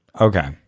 Okay